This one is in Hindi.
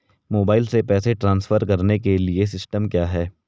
मोबाइल से पैसे ट्रांसफर करने के लिए सिस्टम क्या है?